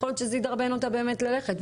יכול להיות שזה ידרבן אותה באמת ללכת.